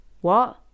What